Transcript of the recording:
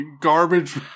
Garbage